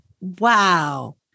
Wow